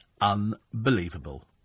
Unbelievable